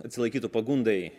atsilaikytų pagundai